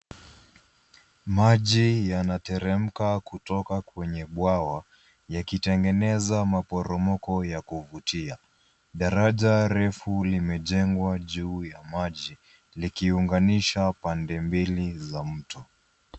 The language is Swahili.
Maji yanateremka kutoka kwenye bwawa yakitengeneza maporomoko yenye kuvutia. Daraja refu limejengwa juu ya maji likiunganisha pande mbili za mto.